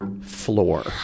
floor